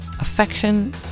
Affection